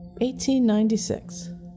1896